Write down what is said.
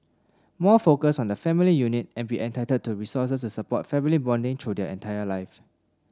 more focus on the family unit and be entitled to resources to support family bonding throughout their entire life